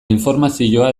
informazioa